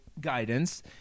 guidance